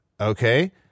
Okay